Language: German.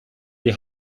die